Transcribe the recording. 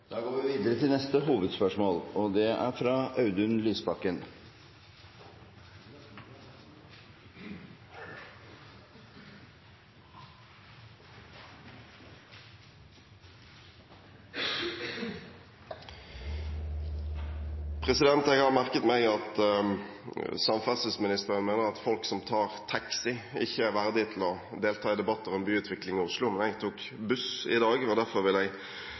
går videre til neste hovedspørsmål. Jeg har merket meg at samferdselsministeren mener at folk som tar taxi, ikke er verdige til å delta i debatter om byutvikling i Oslo, men jeg tok buss i dag, og derfor vil jeg